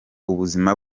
ubuzima